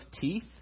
teeth